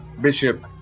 Bishop